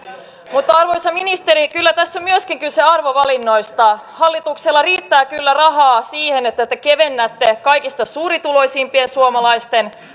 mutta arvoisa ministeri kyllä tässä on myöskin kyse arvovalinnoista hallituksella riittää kyllä rahaa siihen että te kevennätte kaikista suurituloisimpien suomalaisten